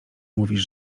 mówisz